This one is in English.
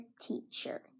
teacher